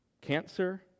Cancer